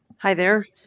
hi there.